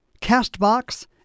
CastBox